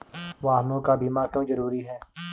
वाहनों का बीमा क्यो जरूरी है?